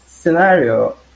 scenario